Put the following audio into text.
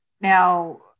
now